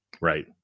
Right